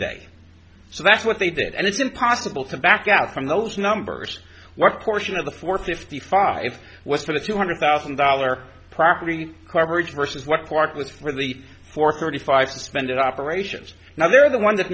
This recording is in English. day so that's what they did and it's impossible to back out from those numbers what portion of the four fifty five what for the two hundred thousand dollar property coverage versus what clark was really for thirty five spend it operations now they're the one that